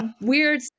weird